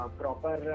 proper